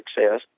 success